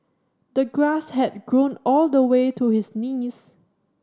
the grass had grown all the way to his knees